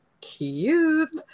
cute